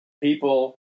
people